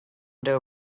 doe